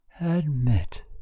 admit